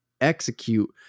execute